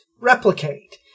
replicate